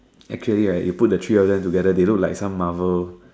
actually ya you put the three all them together they look like some Marvel